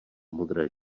modré